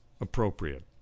appropriate